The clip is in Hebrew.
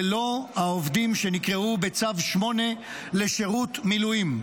ללא העובדים שנקראו בצו 8 לשירות מילואים.